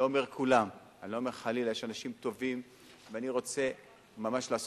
אני לא אומר כולם, חלילה, יש אנשים טובים.